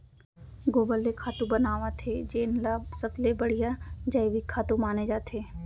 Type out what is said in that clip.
गोबर ले खातू बनावत हे जेन ल सबले बड़िहा जइविक खातू माने जाथे